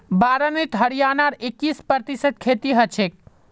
बारानीत हरियाणार इक्कीस प्रतिशत खेती हछेक